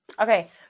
Okay